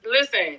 listen